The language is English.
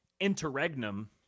interregnum